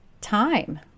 time